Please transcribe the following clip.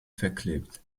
verklebt